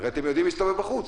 הרי אתם יודעים מי הסתובב בחוץ,